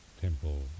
Temple